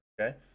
okay